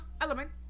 element